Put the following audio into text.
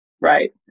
Right